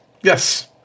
yes